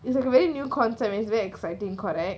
it's a very new concept it's very exciting correct